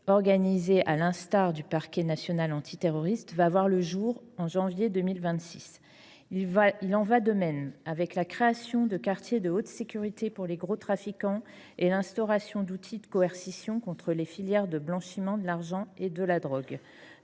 organisé à l'instar du parquet national anti-terroriste va voir le jour en janvier 2026. Il en va de même avec la création de quartiers de haute sécurité pour les gros trafiquants et l'instauration d'outils de coercition contre les filières de blanchiment de l'argent et de la drogue.